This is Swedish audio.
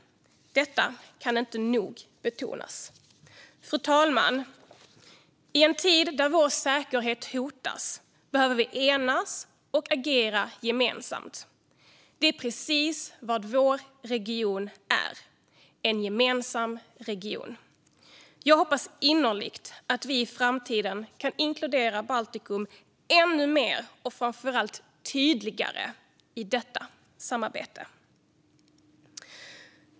Detta kan inte nog betonas. Fru talman! I en tid då vår säkerhet hotas behöver vi enas och agera gemensamt. Det är precis vad vår region är - en gemensam region. Jag hoppas innerligt att vi i framtiden kan inkludera Baltikum ännu mer och framför allt tydligare i detta samarbete.